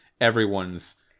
everyone's